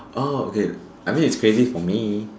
oh okay I mean it's crazy for me